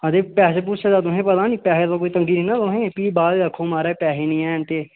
आ ते पैसें पुसें दा तुसेंगी पता नी पैसें दी कोई तंगी नीना तुसेंगी फी बाद आक्खो महाराज पैहे नी हैन ते